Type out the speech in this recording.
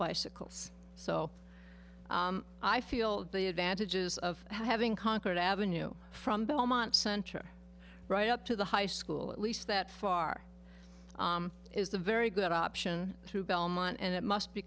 bicycles so i feel the advantages of having conquered avenue from belmont center right up to the high school at least that far is the very good option through belmont and it must be